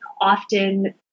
often